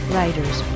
Writers